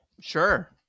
Sure